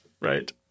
right